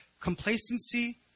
complacency